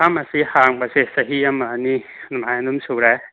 pharmacy ꯍꯥꯡꯕꯁꯦ ꯆꯍꯤ ꯑꯃ ꯑꯅꯤ ꯑꯗꯨꯃꯥꯏꯅ ꯑꯗꯨꯝ ꯁꯨꯔꯦ